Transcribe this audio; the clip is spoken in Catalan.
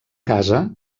casa